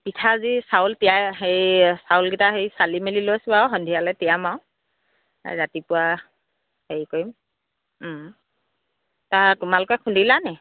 পিঠা আজি চাউল তিয়াই হেৰি চাউলকেইটা হেৰি চালি মেলি লৈছোঁ আৰু সন্ধিয়ালৈ তিয়াম আৰু ৰাতিপুৱা হেৰি কৰিম তোমালোকে খুন্দিলা নি